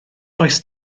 does